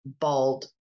bald